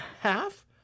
half